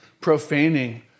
profaning